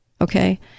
Okay